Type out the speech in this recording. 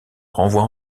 renvoie